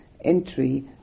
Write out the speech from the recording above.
entry